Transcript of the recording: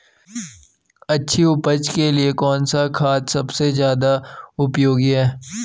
अच्छी उपज के लिए कौन सा खाद सबसे ज़्यादा उपयोगी है?